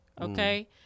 Okay